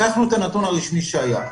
לקחנו את הנתון הרשמי שהיה,